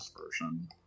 version